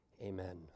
amen